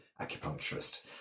acupuncturist